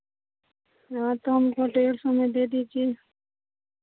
हाँ तो हमको डेढ़ सौ में दे दीजिए